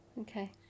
Okay